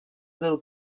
del